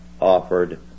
offered